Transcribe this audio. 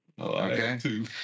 Okay